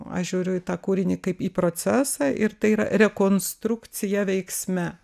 aš žiūriu į tą kūrinį kaip į procesą ir tai yra rekonstrukcija veiksme